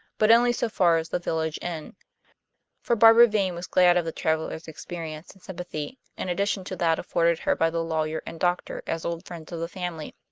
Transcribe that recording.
but only so far as the village inn for barbara vane was glad of the traveler's experience and sympathy, in addition to that afforded her by the lawyer and doctor as old friends of the family.